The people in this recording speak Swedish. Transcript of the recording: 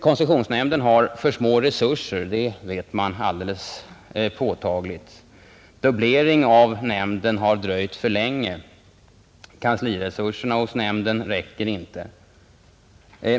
Koncessionsnämnden har för små resurser — det vet man alldeles påtagligt. Dubblering av nämnden har dröjt för länge. Kansliresurserna hos nämnden räcker inte.